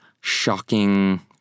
Shocking